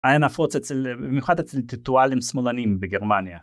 היה נפוץ במיוחד אצל טיטואלים שמאלנים בגרמניה.